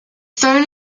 phone